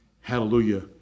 Hallelujah